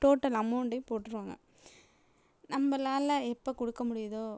total அமௌண்ட்டயும் போட்டிருவாங்க நம்மளால எப்போ கொடுக்க முடியுதோ